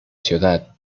ciudad